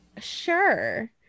Sure